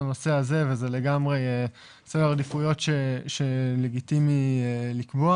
הנושא הזה וזה לגמרי סדר עדיפויות לגיטימי לקבוע.